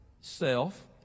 self